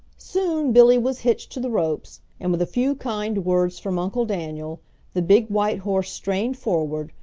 soon billy was hitched to the ropes, and with a few kind words from uncle daniel the big white horse strained forward,